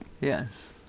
Yes